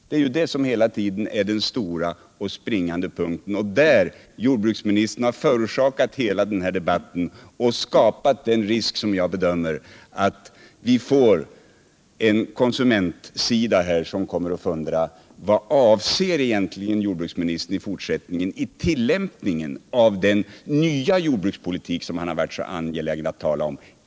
Det är ju det som hela tiden är den springande punkten. Där har jordbruksministern förorsakat hela denna debatt och skapat den risk som jag bedömer föreligger att vi får en konsumentsida, där man kommer att fundera över vad jordbruksministern egentligen i fortsättningen avser i tillämpningen av den nya jordbrukspolitik som han har varit så an gelägen att tala om.